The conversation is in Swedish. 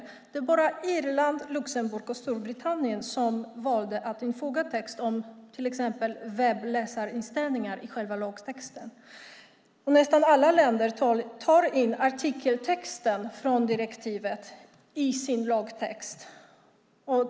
Endast Irland, Luxemburg och Storbritannien valde att infoga en text om till exempel webbläsarinställningar i själva lagtexten. Nästan alla länder tar i sin lagtext in artikeltexten från direktivet.